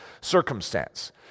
circumstance